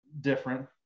different